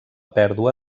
pèrdua